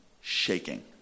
shaking